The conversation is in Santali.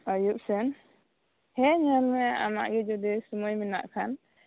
ᱟᱭᱩᱯ ᱥᱮᱱ ᱦᱮᱸ ᱧᱮᱞ ᱢᱮ ᱟᱢᱟᱜ ᱡᱩᱫᱤ ᱥᱩᱢᱟᱹᱭ ᱢᱮᱱᱟᱜ ᱠᱷᱟᱱ